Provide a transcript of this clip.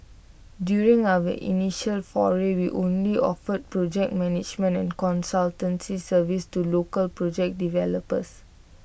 during our initial foray we only offered project management and consultancy services to local project developers